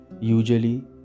Usually